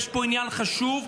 יש פה עניין חשוב,